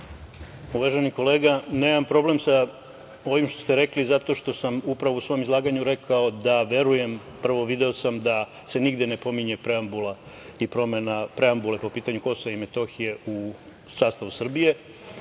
Uvaženi kolega nemam problem sa ovim što ste rekli zato što sam upravo u svom izlaganju rekao da verujem, a prvo video sam da se nigde ne pominje preambula i promena preambule po pitanju Kosova i Metohije u sastavu Srbije,